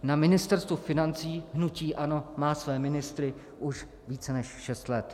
Na Ministerstvu financí má hnutí ANO své ministry už více než šest let.